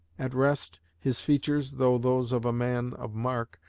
at rest, his features, though those of a man of mark,